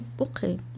okay